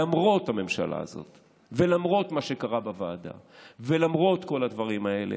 למרות הממשלה הזאת ולמרות מה שקרה בוועדה ולמרות כל הדברים האלה.